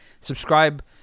Subscribe